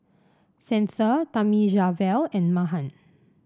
Santha Thamizhavel and Mahan